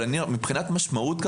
אבל מבחינת משמעות,